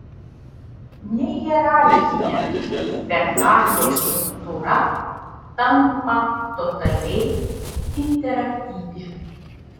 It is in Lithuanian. nehierarchinė spektaklio struktūra tampa totaliai interaktyvi